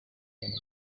cyane